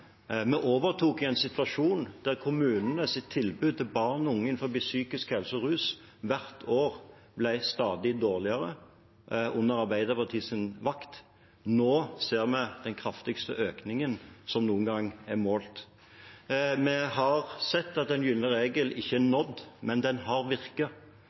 Vi overtok en situasjon der kommunenes tilbud til barn og unge innen psykisk helse og rus hvert år hadde blitt stadig dårligere på Arbeiderpartiets vakt. Nå ser vi den kraftigste økningen som noen gang er målt. Vi har sett at den gylne regel ikke er oppfylt, men den har